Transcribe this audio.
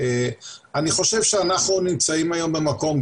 אני חושב שאנחנו נמצאים היום במקום,